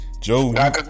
Joe